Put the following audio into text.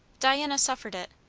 diana suffered it,